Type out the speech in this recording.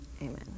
amen